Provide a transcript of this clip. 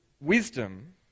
wisdom